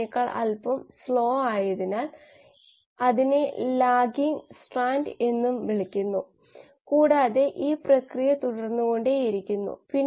നോക്കൂ metabolic flux വിശകലനം നിങ്ങൾക്ക് നിർദ്ദേശങ്ങൾ നൽകുന്നു അതിന്റെ അടിസ്ഥാനത്തിൽ നിങ്ങൾ ജീവികളെ ജനിതകമാറ്റം വരുത്തേണ്ടതുണ്ട് തുടർന്ന് ഈ സാഹചര്യത്തിൽ അത് 3 മടങ്ങ് കൂടുതൽ ഉല്പന്നം നൽകി